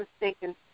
mistaken